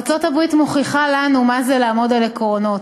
ארצות-הברית מוכיחה לנו מה זה לעמוד על עקרונות,